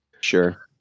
sure